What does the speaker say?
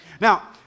Now